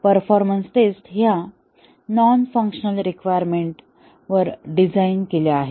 performance test ह्या non functional requirement वर design केल्या आहेत